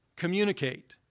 communicate